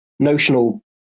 Notional